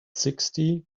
sixty